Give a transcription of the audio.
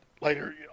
later